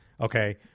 okay